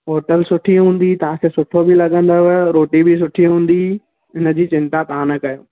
hotel सुठी हूंदी तव्हां खे सुठो बि लॻंदव रोटी बि सुठी हूंदी इनजी चिंता तव्हां न कयो